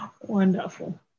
wonderful